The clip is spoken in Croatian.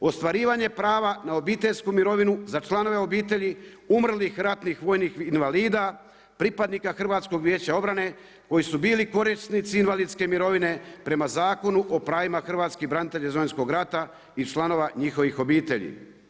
Ostvarivanje prava na obiteljsku mirovinu za članove obitelji umrlih ratnih vojnih invalida pripadnika HVO-a koji su bili korisnici invalidske mirovine prema Zakonu o pravima hrvatskih branitelja iz Domovinskog rata i članova njihovih obitelji.